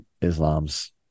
Islam's